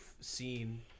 seen